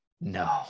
No